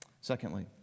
Secondly